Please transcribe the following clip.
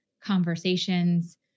conversations